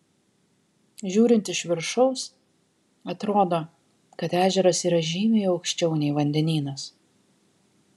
žiūrint iš viršaus atrodo kad ežeras yra žymiai aukščiau nei vandenynas